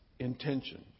Intention